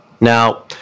Now